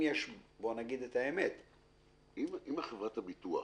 אם יש בואו נגיד את האמת- -- אם זה החבות של חברת הביטוח,